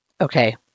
Okay